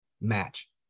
match